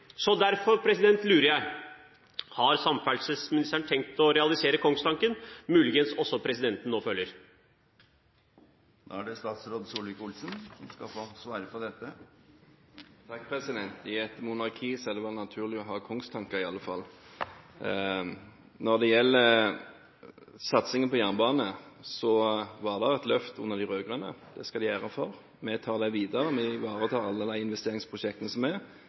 Derfor lurer jeg: Har samferdselsministeren tenkt å realisere kongstanken som muligens også presidenten nå føler? I et monarki er det naturlig å ha kongstanker i alle fall. Når det gjelder satsingen på jernbane, var det et løft under de rød-grønne – det skal de ha ære for. Vi tar det videre, vi ivaretar alle de investeringsprosjektene som er.